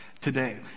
today